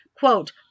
Quote